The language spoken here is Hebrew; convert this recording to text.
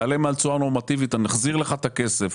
תעלה מעל תשואה נורמטיבית נחזיר לך את הכסף.